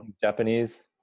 Japanese